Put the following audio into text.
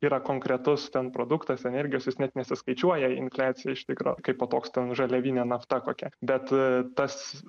yra konkretus ten produktas energijos jis net nesiskaičiuoja į infliaciją iš tikro kaipo toks ten žaliavinė nafta kokia bet a tas